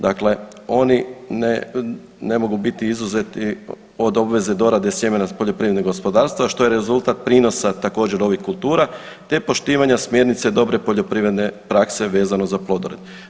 Dakle, oni ne, ne mogu biti izuzeti od obveze dorade sjemena s poljoprivrednih gospodarstava, što je rezultat prinosa također ovih kultura, te poštivanja smjernice dobre poljoprivredne prakse vezano za plodored.